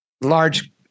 large